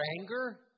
anger